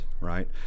right